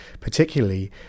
particularly